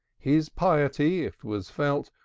his piety, it was felt,